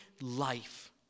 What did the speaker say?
life